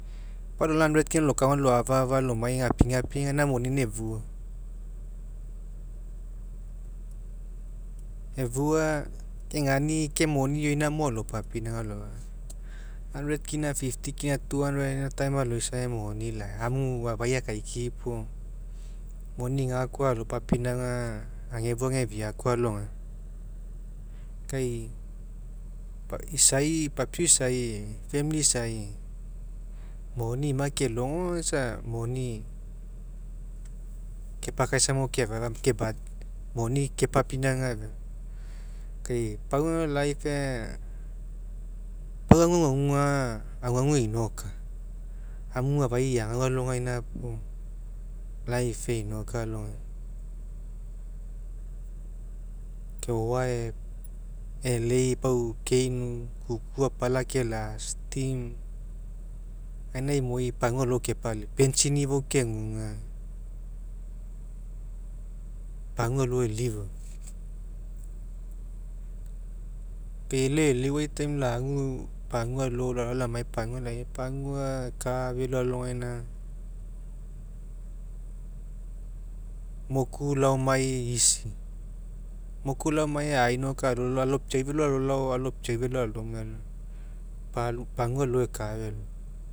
Pau lolao hundred kina lokagaua loafa'afa gapigapi lomai aga moni ina efua, efua wgaina ke moni ioina mo alopapinauga alolao. Hundred kina fifty kina fifty kina two hundred gaina time aga moni lai amu afai akaikia puo moni gakoa alopapinauga aga agefua agefiakoa alogaina ke isai papiau isai famili isai moni ina kelo aga isa moni kepakaisaml keafa'afa puo ke ba moni kepapinauga felo kai pau aguaguga aga aguagu einoka amu afai eagau alogaina puo life einoka alogaina. O'oae e'elei pau keinu kuku apala kela'a steam gaina imoi pagua alo kepalifua pentsini fou keguga pagua alo elifu. Ke lau e'eleuai time lalao lamai pagua alo ekafelo alogaina moku laoma easy moku laomai ae inoka alolao alopiau felo alolao alopiau felo alomai pagua alo eka felo